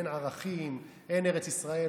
אין ערכים, אין ארץ ישראל.